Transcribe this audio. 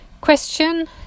Question